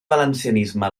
valencianisme